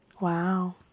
wow